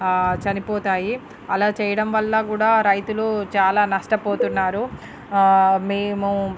చనిపోతాయి అలా చేయడం వల్ల కూడా రైతులు చాలా నష్టపోతున్నారు మీము